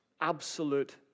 absolute